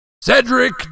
Cedric